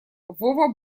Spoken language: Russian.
вова